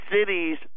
cities